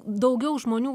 daugiau žmonių